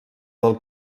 del